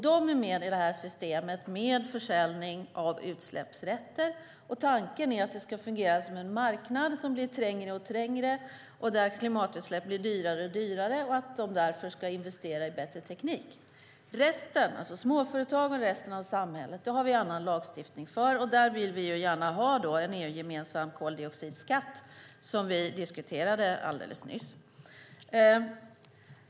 Den är med i det här systemet med försäljning av utsläppsrätter. Tanken är att det ska fungera som en marknad som blir trängre och trängre och där klimatutsläpp blir dyrare och dyrare så att industrierna därför ska investera i bättre teknik. Det andra området rör resten, alltså småföretagen och resten av samhället, och detta har vi annan lagstiftning för. Där vill vi gärna ha en EU-gemensam koldioxidskatt, vilket vi diskuterade alldeles nyss.